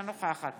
אינה נוכחת